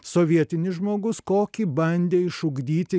sovietinis žmogus kokį bandė išugdyti